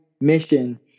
mission